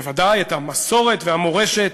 בוודאי את המסורת והמורשת